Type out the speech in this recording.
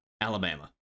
alabama